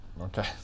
Okay